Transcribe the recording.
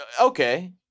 okay